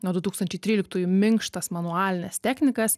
nuo du tūkstančiai tryliktųjų minkštas manualines technikas